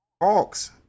Hawks